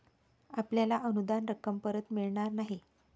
आपल्याला अनुदान रक्कम परत मिळणार नाही